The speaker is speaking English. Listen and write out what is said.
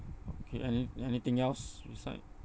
okay any~ anything else beside